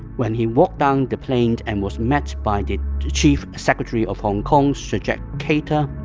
when he walked down the plane and was met by the chief secretary of hong kong, sir jack cater,